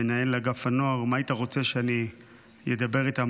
מנהל אגף הנוער: על מה היית רוצה שאני אדבר איתם?